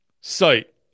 site